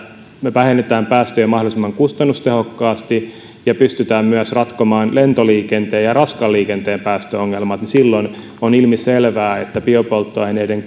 me vähennämme päästöjä mahdollisimman kustannustehokkaasti ja pystymme myös ratkomaan lentoliikenteen ja raskaan liikenteen päästöongelmat niin silloin on ilmiselvää että biopolttoaineiden